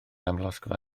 amlosgfa